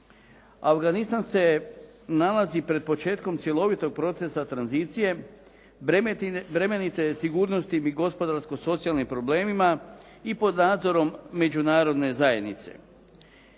Afganistan se nalazi pred početkom cjelovitog procesa tranzicije, bremenite je sigurnosti ili gospodarsko-socijalnim problemima i pod nadzorom međunarodne zajednice.